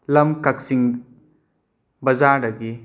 ꯂꯝ ꯀꯛꯆꯤꯡ ꯕꯖꯥꯔꯗꯒꯤ